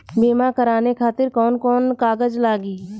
बीमा कराने खातिर कौन कौन कागज लागी?